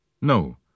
no